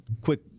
quick